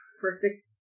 Perfect